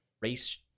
race